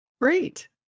Great